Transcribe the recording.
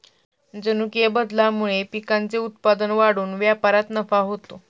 जनुकीय बदलामुळे पिकांचे उत्पादन वाढून व्यापारात नफा होतो